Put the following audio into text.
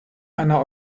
einer